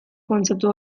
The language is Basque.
kontzeptu